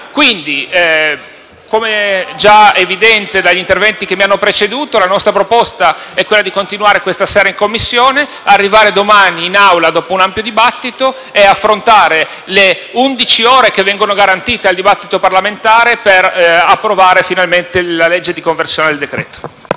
Come era già evidente dagli interventi che mi hanno preceduto, la nostra proposta è quella di continuare a lavorare questa sera in Commissione, arrivare domani in Aula dopo un ampio dibattito e affrontare le undici ore che vengono garantite al dibattito parlamentare per approvare finalmente la legge di conversione del decreto-legge.